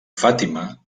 fàtima